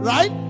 Right